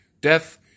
Death